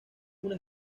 una